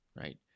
right